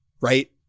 right